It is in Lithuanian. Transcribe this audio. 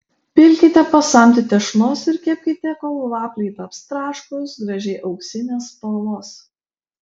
pilkite po samtį tešlos ir kepkite kol vafliai taps traškūs gražiai auksinės spalvos